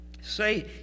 Say